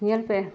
ᱧᱮᱞᱯᱮ